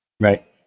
Right